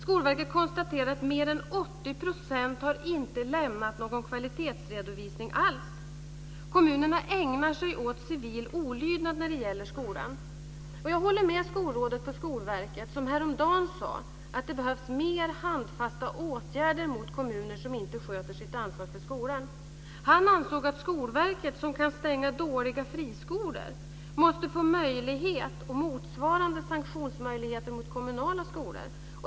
Skolverket konstaterar att mer än 80 % inte har lämnat någon kvalitetsredovisning alls. Kommunerna ägnar sig åt civil olydnad när det gäller skolan. Jag håller med skolrådet på Skolverket som häromdagen sade att det behövs mer handfasta åtgärder mot kommuner som inte sköter sitt ansvar för skolan. Han ansåg att Skolverket, som kan stänga dåliga friskolor, måste få motsvarande sanktionsmöjligheter mot kommunala skolor.